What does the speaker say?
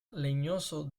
leñoso